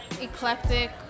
eclectic